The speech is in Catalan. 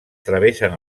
travessen